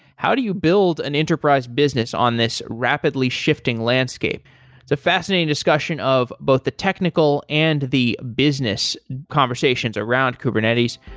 how do you build an enterprise business on this rapidly shifting landscape? it's a fascinating discussion of both the technical and the business conversations around kubernetes.